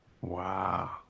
Wow